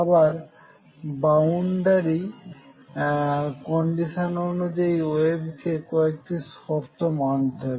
আবার boundary condition অনুযায়ী wave কে কয়েকটি শর্ত মানতে হবে